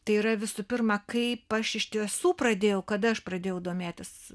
tai yra visų pirma kaip aš iš tiesų pradėjau kada aš pradėjau domėtis